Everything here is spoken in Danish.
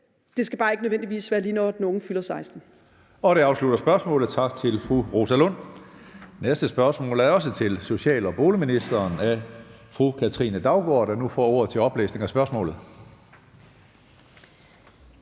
det skal bare ikke nødvendigvis være, lige når den unge fylder 16